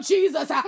Jesus